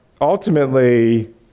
ultimately